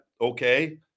okay